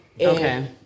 Okay